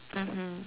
mmhmm